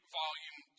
volume